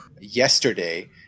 yesterday